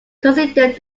considered